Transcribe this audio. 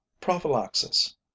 Prophylaxis